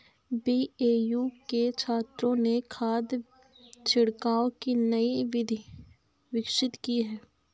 BAU के छात्रों ने खाद छिड़काव की नई विधि विकसित की है